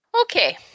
Okay